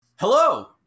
Hello